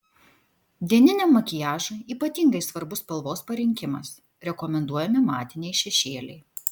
dieniniam makiažui ypatingai svarbus spalvos parinkimas rekomenduojami matiniai šešėliai